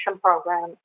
program